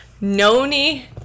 Noni